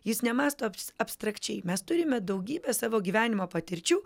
jis nemąsto abstrakčiai mes turime daugybę savo gyvenimo patirčių